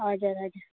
हजुर हजुर